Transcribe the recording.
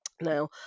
now